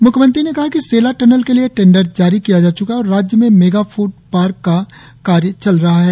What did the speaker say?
म्ख्यमंत्री ने कहा कि सेला टनल के लिए टेंडर जारी किया जा च्का है और राज्य में मेगा फ्रडपाथ का कार्य चल रहा है